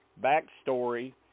backstory